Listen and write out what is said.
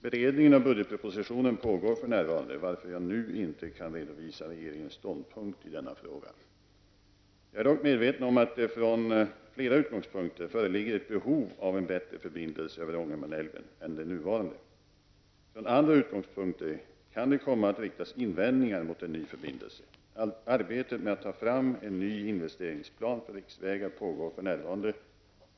Beredningen av budgetpropositionen pågår för närvarande, varför jag nu inte kan redovisa regeringens ståndpunkt i denna fråga. Jag är dock medveten om att det från flera utgångspunkter föreligger ett behov av en bättre förbindelse över Ångermanälven än de nuvarande. Från andra utgångspunkter kan det komma att riktas invändningar mot en ny förbindelse. Arbetet med att ta fram en ny investeringsplan för riksvägar pågår för närvarande.